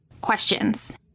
questions